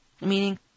Meaning